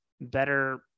better